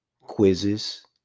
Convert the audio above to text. quizzes